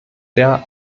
der